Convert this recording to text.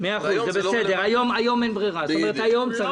והיום זה לא רלוונטי.